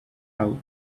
how